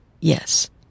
Yes